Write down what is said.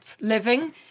living